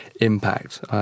impact